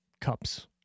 cups